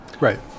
Right